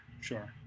sure